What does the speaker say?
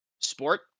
sport